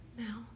Now